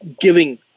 Giving